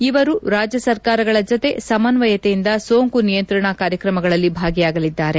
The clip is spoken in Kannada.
ಇವರು ರಾಜ್ಯ ಸರ್ಕಾರಗಳ ಜತೆ ಸಮನ್ನಯತೆಯಿಂದ ಸೋಂಕು ನಿಯಂತ್ರಣ ಕಾರ್ಯಕ್ರಮಗಳಲ್ಲಿ ಭಾಗಿಯಾಗಲಿದ್ದಾರೆ